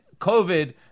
COVID